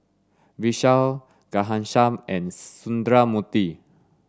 Vishal Ghanshyam and Sundramoorthy